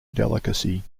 delicacy